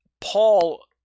Paul